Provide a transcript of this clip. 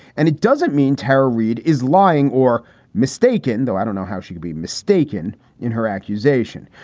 and it doesn't mean terror reid is lying or mistaken. though i don't know how she could be mistaken in her accusation.